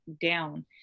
down